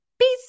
Peace